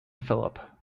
phillip